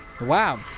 wow